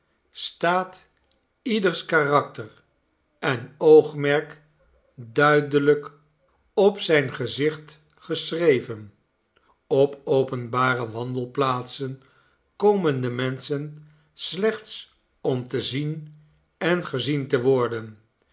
staat ieders karakter en oogmerk duidelijk op zijn gezicht geschreven op openbare wandelplaatsen komen de menschen slechts om te zien en gezien te worden